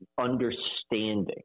understanding